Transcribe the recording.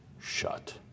shut